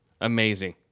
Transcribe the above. amazing